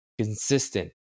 Consistent